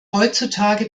heutzutage